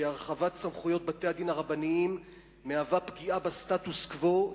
שהרחבת סמכויות בתי-הדין הרבניים מהווה פגיעה בסטטוס-קוו,